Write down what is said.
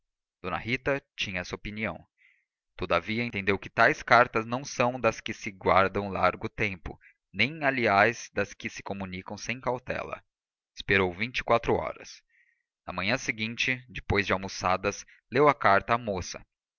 d rita tinha essa opinião todavia entendeu que tais cartas não são das que se guardam largo tempo nem aliás das que se comunicam sem cautela esperou vinte e quatro horas na manhã seguinte depois de almoçadas leu a carta à moça